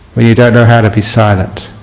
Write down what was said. we don't know how to be silent.